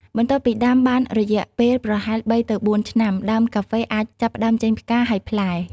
បន្ទាប់ពីដាំបានរយៈពេលប្រហែល ៣ ទៅ ៤ ឆ្នាំ ដើមកាហ្វេអាចចាប់ផ្ដើមចេញផ្កា ហើយផ្លែ។